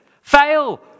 Fail